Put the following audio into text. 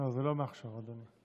לא, זה לא מעכשיו, אדוני.